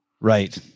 Right